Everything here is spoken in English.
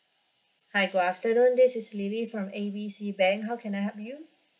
hi good afternoon this is lily from A B C bank how can I help you